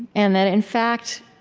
and that, in fact,